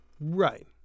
right